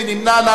מי נמנע?